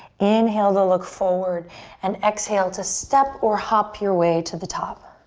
inhale to look forward and exhale to step or hop your way to the top.